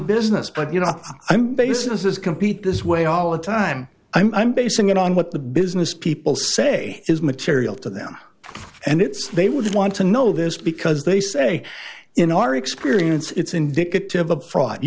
business but you know i'm base is complete this way all the time i'm basing and what the business people say is material to them and it's they would want to know this because they say in our experience it's indicative of fraud you